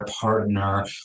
partner